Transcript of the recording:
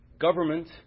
government